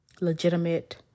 legitimate